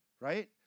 right